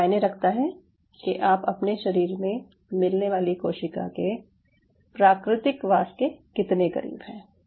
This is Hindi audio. ये मायने रखता है कि आप अपने शरीर में मिलने वाली कोशिका के प्राकृतिक वास के कितने करीब हैं